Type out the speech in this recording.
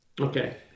Okay